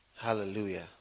hallelujah